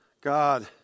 God